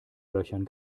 löchern